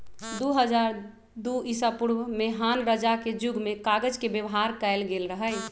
दू हज़ार दू ईसापूर्व में हान रजा के जुग में कागज के व्यवहार कएल गेल रहइ